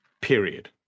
period